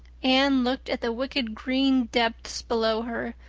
anne looked at the wicked green depths below her,